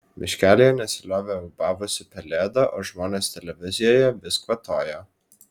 miškelyje nesiliovė ūbavusi pelėda o žmonės televizijoje vis kvatojo